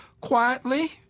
quietly